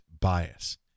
bias